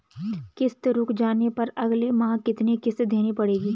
किश्त रुक जाने पर अगले माह कितनी किश्त देनी पड़ेगी?